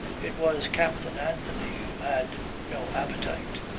it was captain anthony who had no appetite.